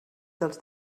dels